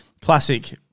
classic